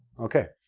okay.